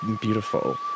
beautiful